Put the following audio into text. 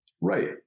Right